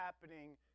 happening